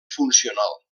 funcional